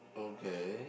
okay